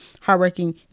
hardworking